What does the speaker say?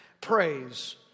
praise